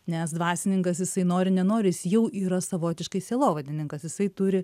nes dvasininkas jisai nori nenori jis jau yra savotiškai sielovadininkas jisai turi